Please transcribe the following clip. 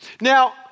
Now